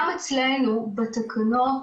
גם בתקנות